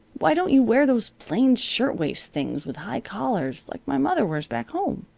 why don't you wear those plain shirtwaist things, with high collars, like my mother wears back home?